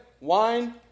wine